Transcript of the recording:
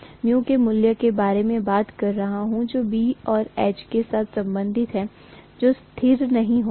μ के मूल्य बारे मैं बात कर रहा हूं जो B और H के साथ संबंधित है जो स्थिर नहीं होगा